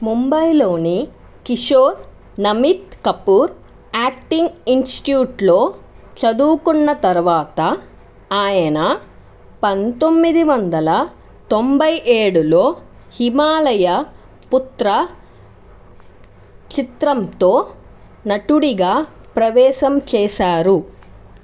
ముంబైలోని కిషోర్ నమిత్ కపూర్ యాక్టింగ్ ఇన్స్టిట్యూట్లో చదువుకున్న తరువాత ఆయనా పంతొమ్మిది వందల తొంభై ఏడులో హిమాలయ పుత్ర చిత్రంతో నటుడుగా ప్రవేశం చేసారు